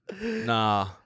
Nah